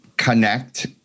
Connect